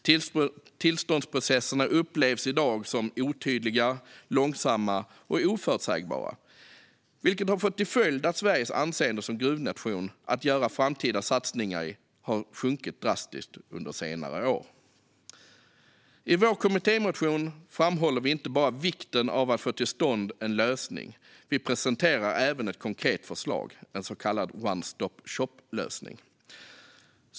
Tillståndsprocesserna upplevs i dag som otydliga, långsamma och oförutsägbara, vilket har fått till följd att Sveriges anseende som gruvnation att göra framtida satsningar i har sjunkit drastiskt under senare år. I vår kommittémotion framhåller vi inte bara vikten av att få till stånd en lösning, utan vi presenterar även ett konkret förslag - en så kallad one-stop-shop-lösning.